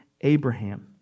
Abraham